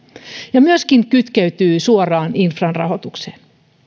ja myöskin kytkeytyy suoraan infran rahoitukseen